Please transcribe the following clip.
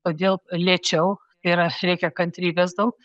todėl lėčiau ir reikia kantrybės daug